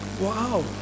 wow